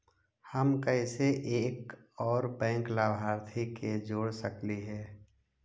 हम कैसे एक और बैंक लाभार्थी के जोड़ सकली हे?